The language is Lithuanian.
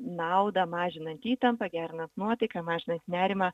naudą mažinant įtampą gerinant nuotaiką mažinant nerimą